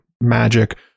magic